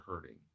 hurting